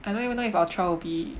I don't even know if our trial will be